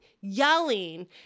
yelling